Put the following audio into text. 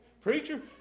Preacher